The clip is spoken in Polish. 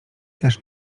też